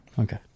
okay